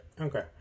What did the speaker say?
Okay